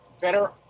better